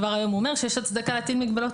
כבר היום הוא אומר שיש הצדקה להטיל מגבלות